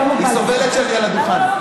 היא סובלת שאני על הדוכן.